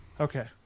okay